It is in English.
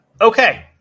Okay